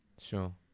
Sure